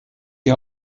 die